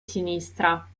sinistra